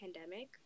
Pandemic